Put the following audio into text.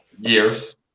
years